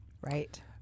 Right